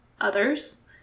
others